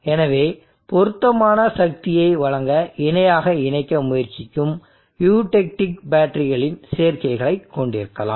எனவே பொருத்தமான சக்தியை வழங்க இணையாக இணைக்க முயற்சிக்கும் யூடெக்டிக் பேட்டரிகளின் சேர்க்கைகளைக் கொண்டிருக்கலாம்